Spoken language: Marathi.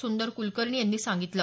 सुंदर कुलकर्णी यांनी सांगितलं